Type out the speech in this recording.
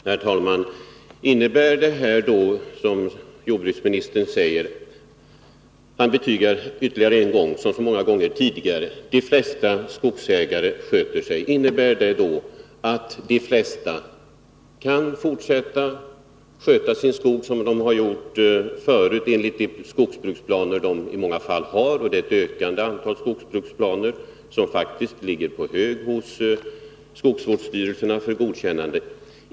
Herr talman! Jordbruksministern betygade som så många gånger tidigare att de flesta skogsägare sköter sig. Innebär då detta att de flesta kan fortsätta att sköta sin skog som de har gjort förut enligt de skogsbruksplaner som många av dem har? Det finns f. ö. nu ett större antal skogsbruksplaner som ligger på hög i skogsvårdsstyrelserna i och för godkännande.